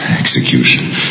Execution